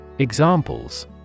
Examples